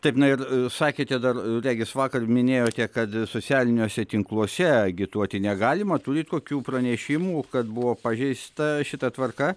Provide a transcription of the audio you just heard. taip na ir sakėte dar regis vakar minėjote kad socialiniuose tinkluose agituoti negalima turit kokių pranešimų kad buvo pažeista šita tvarka